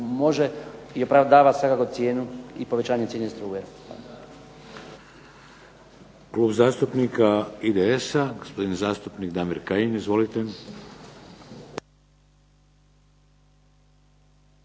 može i opravdava svakako cijenu i povećanje cijene struje.